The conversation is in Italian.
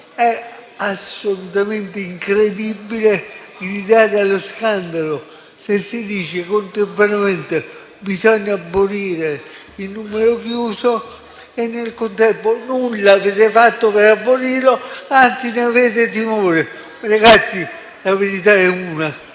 È assolutamente incredibile gridare allo scandalo se si dice, contemporaneamente che bisogna abolire il numero chiuso e, nel contempo, nulla avete fatto per abolirlo, anzi, ne avete timore. La verità è una.